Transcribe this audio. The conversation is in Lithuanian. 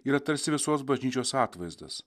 yra tarsi visos bažnyčios atvaizdas